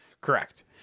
Correct